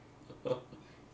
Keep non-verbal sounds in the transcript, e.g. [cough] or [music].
[laughs]